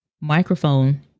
microphone